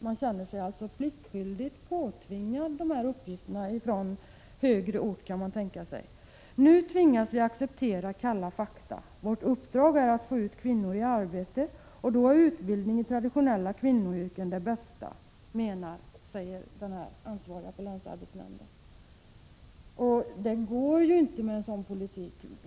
Man känner sig alltså pliktskyldigt tvungen att åta sig dessa uppgifter — från högre ort, kan man tänka sig. Nu tvingas vi acceptera kalla fakta. Vårt uppdrag är att få ut kvinnor i arbete, och då är utbildning i traditionella kvinnoyrken det bästa, säger den ansvarige på länsarbetsnämnden. Det går inte med en sådan politik.